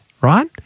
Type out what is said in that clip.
right